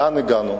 לאן הגענו?